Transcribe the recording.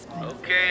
Okay